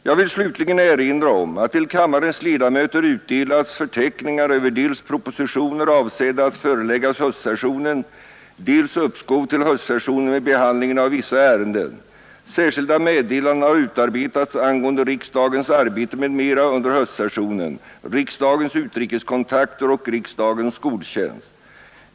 Jag vill slutligen erinra om att till kammarens ledamöter utdelats förteckningar över dels propositioner avsedda att föreläggas höstsessionen, dels uppskov till höstsessionen med behandlingen av vissa ärenden. Särskilda meddelanden har utarbetats angående riksdagens arbete m.m. under höstsessionen, riksdagens utrikeskontakter och riksdagens skoltjänst.